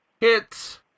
Hits